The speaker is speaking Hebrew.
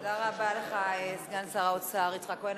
תודה רבה לך, סגן שר האוצר יצחק כהן.